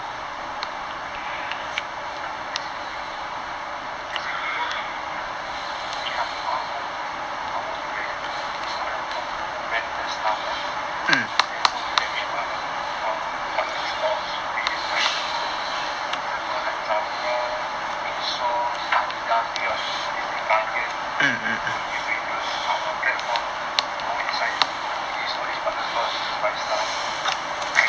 um as in you so basically you we have our own brand means our own home home brand the stuff lah then not only that we have other our own partner stores which is like a example like zalora asos adidas we got all these thing guardian so if they use our platform to go inside to all these partner stores to buy stuff you can get